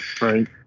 Right